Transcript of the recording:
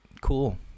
cool